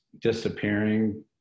disappearing